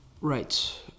right